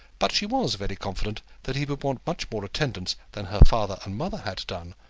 but she was very confident that he would want much more attendance than her father and mother had done,